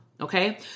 Okay